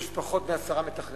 יש פחות מעשרה מתכננים.